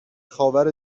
خاور